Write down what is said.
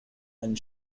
einen